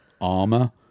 armor